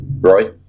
Roy